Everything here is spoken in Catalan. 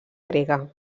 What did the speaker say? grega